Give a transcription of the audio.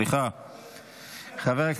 חברת הכנסת יוליה מלינובסקי,